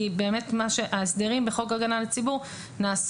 כי ההסדרים בחוק הגנה על הציבור נעשו